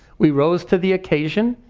we rose to the occasion,